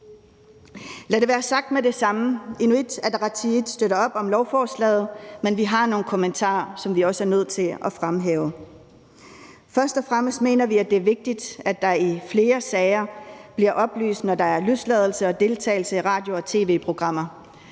Lad det være sagt med det samme. Inuit Ataqatigiit støtter op om lovforslaget, men vi har nogle kommentarer, som vi også er nødt til at fremhæve. Først og fremmest mener vi, at det er vigtigt, at der i flere sager bliver oplyst, når der er løsladelse og deltagelse i radio- og tv-programmer.